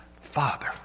Father